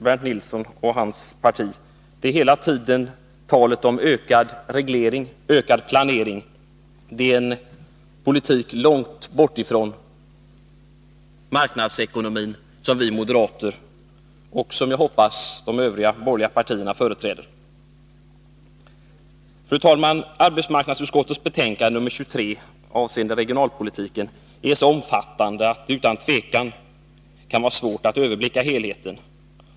Det är hela tiden tal om ökad reglering och ökad planering — en politik långt bortom den marknadsekonomi som vi moderater och, som jag hoppas, de övriga borgerliga partierna företräder. Fru talman! Arbetsmarknadsutskottets betänkande nr 23 avseende regionalpolitiken är så omfattande att det utan tvivel kan vara svårt att överblicka helheten.